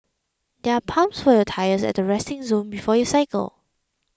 there are pumps for your tyres at resting zone before you cycle